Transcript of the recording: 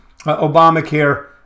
Obamacare